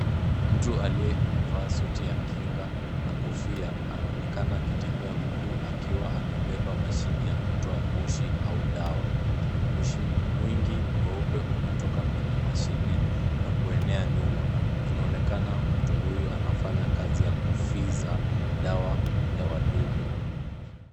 Mtu aliyevaa suti ya kinga na kofia, anaonekana akitembea huku akiwa amebeba mashine ya kutoa moshi au dawa. Moshi mwingi mweupe unatoka kwenye mashine na kuenea nyuma. Inaonekana mtu huyu anafanya kazi ya kufiza dawa ya wadudu.